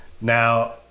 Now